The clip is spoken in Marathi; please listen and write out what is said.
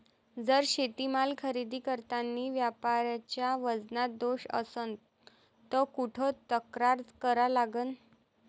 जर शेतीमाल खरेदी करतांनी व्यापाऱ्याच्या वजनात दोष असन त कुठ तक्रार करा लागन?